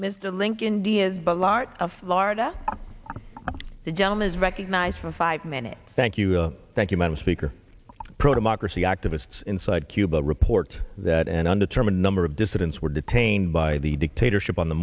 mr link india but a lot of florida the gentleman is recognized for five minutes thank you thank you madam speaker pro democracy activists inside cuba report that an undetermined number of dissidents were detained by the dictatorship on the